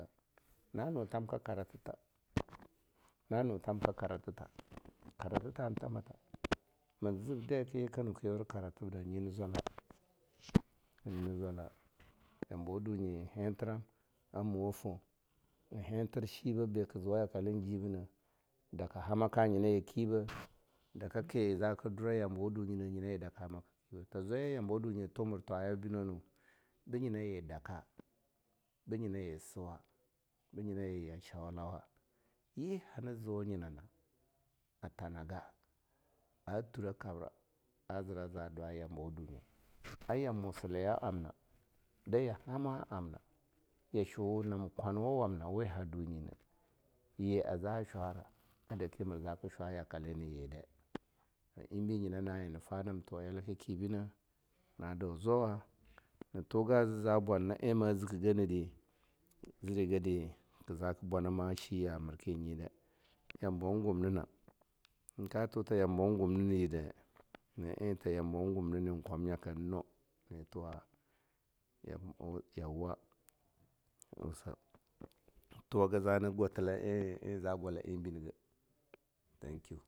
Nanu thamka kara tita, na nu thamka kara tita, kara tita han thamanat. mir zib de ki yiken ka yura kara tibda nyi na zwala nyi na zwata. Tambawa dunye hintwam a muwa foh, en hinit shiba ben ka zuwa yakwe jibinah, daka hamaka nyiwa yi kiba, daka ki zaka dura yambawa dunyi, nyina yi daka hamaka. Ta zwaja yambawa dunyi timu-twaya bi bino-nu bo nyina daka, bnayina yi suwa, banyia yi ya shaulawa, ye hana ziu nyin na a tjanaga, turah kabra, a zira za dwa yambawa dsunye. da yamu filla amna, daya hama amna, yashwau ham kwanwamna weh ha dunyi na, yi a za shwara a daki mi zaka shwa yakale na yide. A eh abi nyina na eh nafa nam tuwa yula kaki binah. na dau zwawa na tuga zi za bwan na eh mu ziki gadi, zidi gadi ka zaka bwana ma shiya mir ki nyi de. Tambo gumninam, eh ka tuta yambo gummin yirda nyina ehta yambo humnini kwanyaka en no netuwa yako yauwa wasa tuwaga zama gwatila eh za gwala eh bi nageh yinke.